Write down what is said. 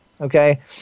okay